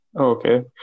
Okay